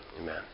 Amen